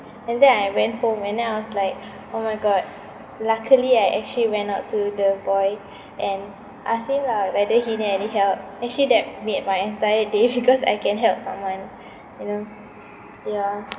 and then I went home and then I was like oh my god luckily I actually went out to the boy and asked him lah whether he need any help actually that made my entire day because I can help someone you know yeah